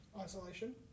Isolation